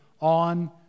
on